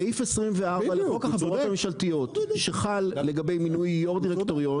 סעיף 24 לחוק החברות הממשלתיות שחל לגבי מינוי יו"ר דירקטוריון,